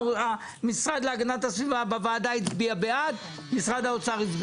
כשהייתי בגילך, גם רציתי לקדם וקידמתי.